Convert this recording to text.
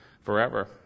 forever